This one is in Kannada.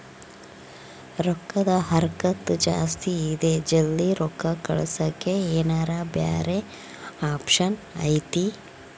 ರೊಕ್ಕದ ಹರಕತ್ತ ಜಾಸ್ತಿ ಇದೆ ಜಲ್ದಿ ರೊಕ್ಕ ಕಳಸಕ್ಕೆ ಏನಾರ ಬ್ಯಾರೆ ಆಪ್ಷನ್ ಐತಿ?